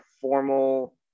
formal